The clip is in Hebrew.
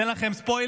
אתן לך ספוילר,